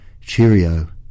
Cheerio